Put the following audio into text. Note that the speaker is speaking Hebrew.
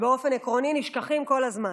שבאופן עקרוני נשכחים כל הזמן.